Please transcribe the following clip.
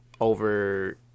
Over